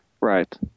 Right